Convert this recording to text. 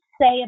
say